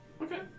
Okay